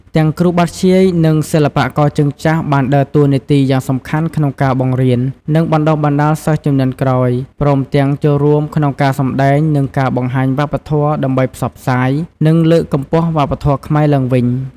ទាំងគ្រូបាធ្យាយ និងសិល្បករជើងចាស់ បានដើរតួនាទីយ៉ាងសំខាន់ក្នុងការបង្រៀន និងបណ្តុះបណ្តាលសិស្សជំនាន់ក្រោយ ព្រមទាំងចូលរួមក្នុងការសម្តែង និងការបង្ហាញវប្បធម៌ ដើម្បីផ្សព្វផ្សាយ និងលើកកម្ពស់វប្បធម៌ខ្មែរឡើងវិញ។